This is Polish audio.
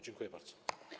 Dziękuję bardzo.